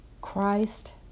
Christ